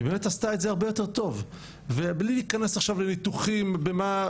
היא באמת עשתה את זה הרבה יותר טוב ובלי להיכנס עכשיו לניתוחים במה,